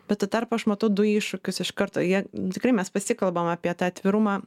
bet tuo tarpu aš matau du iššūkius iš karto jie tikrai mes pasikalbam apie tą atvirumą